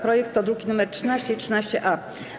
Projekt to druki nr 13 i 13-A.